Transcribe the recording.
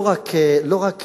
לא רק לשונית,